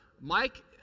Mike